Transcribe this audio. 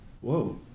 whoa